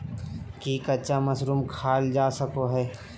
की कच्चा मशरूम खाल जा सको हय?